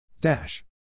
Dash